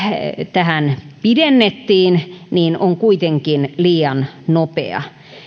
tähän pidennettiin on kuitenkin liian nopea